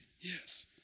Yes